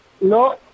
No